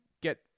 get